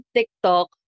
TikTok